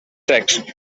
secs